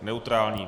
Neutrální.